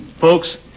Folks